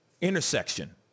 intersection